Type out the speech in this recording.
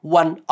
one